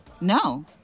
No